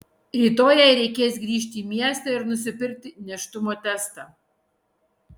rytoj jai reikės grįžti į miestą ir nusipirkti nėštumo testą